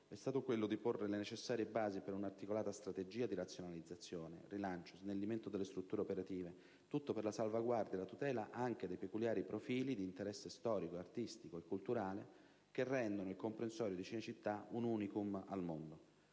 è stato quello di porre le necessarie basi per un'articolata strategia di razionalizzazione, rilancio e snellimento delle strutture operative; il tutto per la salvaguardia e la tutela anche dei peculiari profili di interesse storico, artistico e culturale che rendono il comprensorio di Cinecittà un *unicum* al mondo.